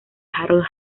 harold